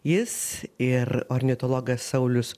jis ir ornitologas saulius